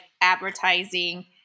advertising